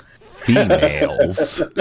Females